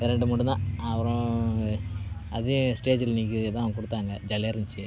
இந்த ரெண்டு மட்டும்தான் அப்புறம் அதே ஸ்டேஜில் நிற்க வச்சுதான் கொடுத்தாங்க ஜாலியாக இருந்துச்சு